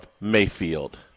Mayfield